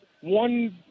one